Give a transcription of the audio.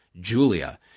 Julia